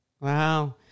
wow